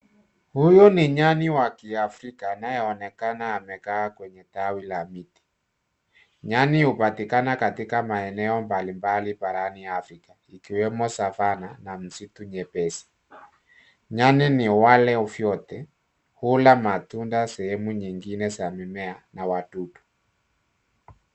Huyu ni nyani wa kiafrika anayeoneka amekaa kwenye tawi la miti, nyani hupatikana katika maeneo mbalimbali barani afrika ikiwemo savanna na msitu nyepesi, nyani ni waleo vyote hula matunda sehemu nyingine za mimea na wadudu.